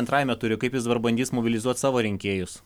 antrajame ture kaip jis dabar bandys mobilizuot savo rinkėjus